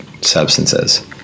substances